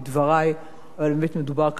מדובר כאן בהצעה מאוד חשובה,